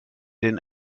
den